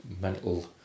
mental